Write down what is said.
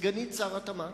סגנית שר התמ"ת,